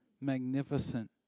magnificent